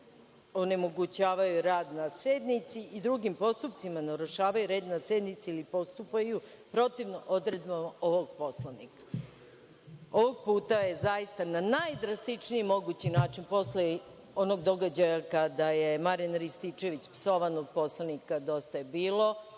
onemogućavaju rad na sednici i drugim postupcima narušavaju red na sednici ili postupaju protivno odredbama ovog Poslovnika. Ovog puta je zaista na najdrastičniji mogući način, posle onog događaja kada je Marijan Rističević psovan od poslanika Dosta je bilo,